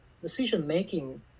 decision-making